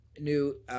new